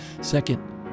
second